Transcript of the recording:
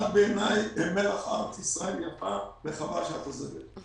את בעיני מלח ארץ ישראל היפה וחבל שאת עוזבת.